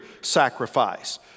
sacrifice